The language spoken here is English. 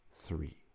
three